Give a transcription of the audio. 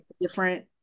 different